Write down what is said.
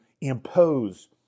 impose